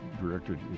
directed